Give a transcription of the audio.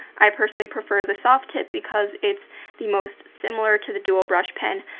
i personally prefer the soft tip because it's the most similar to the dual brush pen.